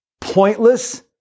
pointless